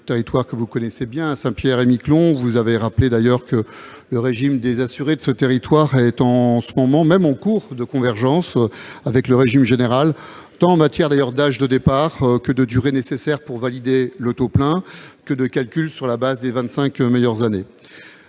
que vous connaissez bien. Vous l'avez rappelé, le régime des assurés de ce territoire est en ce moment même en cours de convergence avec le régime général, tant en matière d'âge de départ que de durée nécessaire pour valider le taux plein ou de calcul sur la base des 25 meilleures années.